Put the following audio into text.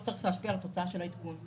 לא צריכה להשפיע על התוצאה של העדכון.